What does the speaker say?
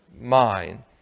mind